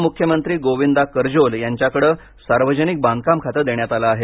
उपमुख्यमंत्री गोविंदा करजोल यांच्याकडे सार्वजनिक बांधकाम खाते देण्यात आले आहे